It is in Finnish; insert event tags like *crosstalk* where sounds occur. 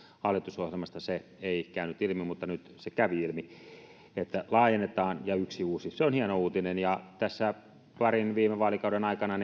hallitusohjelmasta se ei käynyt ilmi mutta nyt se kävi ilmi että laajennetaan ja yksi uusi perustetaan se on hieno uutinen ja tässä parin viime vaalikauden aikana *unintelligible*